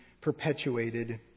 perpetuated